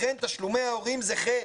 לכן תשלומי ההורים הם חטא.